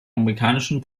amerikanischen